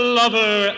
lover